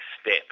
step